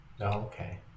Okay